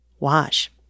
Wash